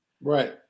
Right